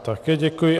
Také děkuji.